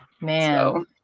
man